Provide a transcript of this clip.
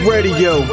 Radio